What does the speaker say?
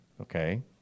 okay